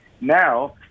now